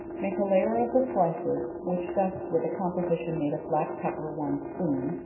make a layer of the slices, which dust with a composition made of black pepper one spoon,